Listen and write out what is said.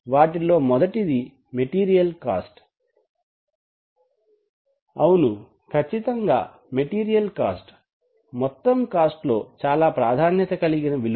వాటిలో మొదటిది material cost అవును ఖచ్చితంగా మెటీరియల్ కాస్ట్ మొత్తం కాస్ట్ లో చాలా ప్రాధాన్యత కలిగిన విలువ